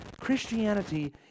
Christianity